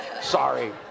Sorry